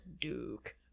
Duke